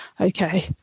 okay